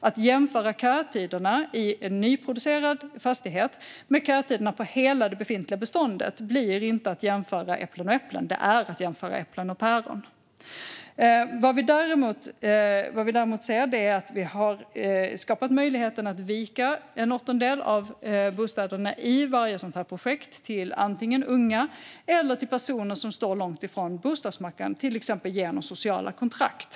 Att jämföra kötiderna i en nyproducerad fastighet med kötiderna i hela det befintliga beståndet blir inte att jämföra äpplen och äpplen, utan man jämför äpplen och päron. Vi ser däremot att vi har skapat möjligheten att vika en åttondel av bostäderna i varje projekt till antingen unga eller till personer som står långt ifrån bostadsmarknaden, till exempel genom sociala kontrakt.